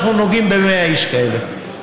ואנחנו נוגעים ב-100 איש כאלה,